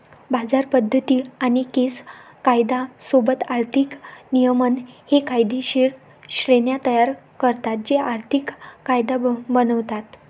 बाजार पद्धती आणि केस कायदा सोबत आर्थिक नियमन हे कायदेशीर श्रेण्या तयार करतात जे आर्थिक कायदा बनवतात